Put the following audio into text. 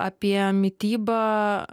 apie mitybą